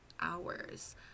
hours